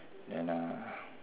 then uh